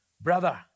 Brother